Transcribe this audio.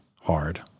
hard